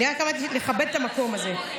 אני רק אמרתי לכבד את המקום הזה,